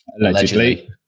Allegedly